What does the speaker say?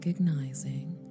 Recognizing